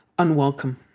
unwelcome